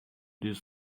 this